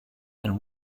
and